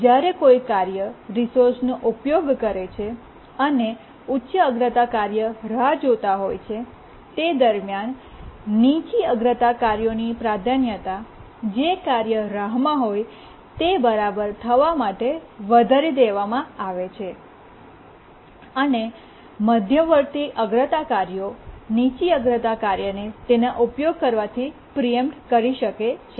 જ્યારે કોઈ કાર્ય રિસોર્સનો ઉપયોગ કરે છે અને ઉચ્ચ અગ્રતા કાર્ય રાહ જોતા હોય છે તે દરમિયાન નીચી અગ્રતા કાર્યોની પ્રાધાન્યતા જે કાર્યની રાહમાં હોય તે બરાબર થવા માટે વધારી દેવામાં આવે છે અને મધ્યવર્તી અગ્રતા કાર્યો નીચી અગ્રતા કાર્યને તેનો ઉપયોગ કરવાથી પ્રીએમ્પ્ટ કરી શકે છે